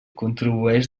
contribueix